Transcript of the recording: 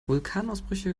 vulkanausbrüche